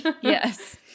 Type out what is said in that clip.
yes